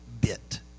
bit